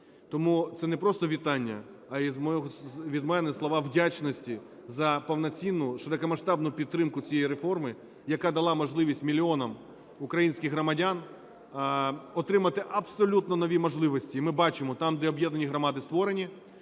Тому це не просто вітання, а від мене слова вдячності за повноцінну, широкомасштабну підтримку цієї реформи, яка дала можливість мільйонам українських громадян отримати абсолютно нові можливості. І ми бачимо, там, де об'єднані громади створені,